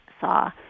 saw